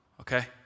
okay